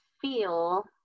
feel